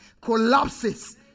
collapses